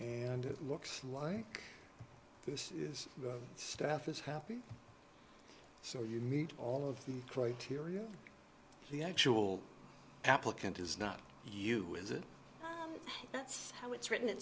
and it looks like this is the staff is happy so you meet all of the criteria the actual applicant is not you is it that's how it's written i